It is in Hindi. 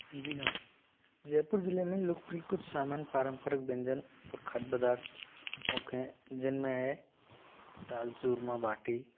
जी हाँ जयपुर ज़िले में लोकप्रिय कुछ सामान्य पारंपरिक व्यंजन और खाद्य पदार्थ मुख्य है जिन में है दाल चूरमा बाटी